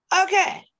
okay